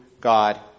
God